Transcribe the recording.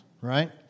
right